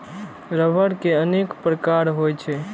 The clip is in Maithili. रबड़ के अनेक प्रकार होइ छै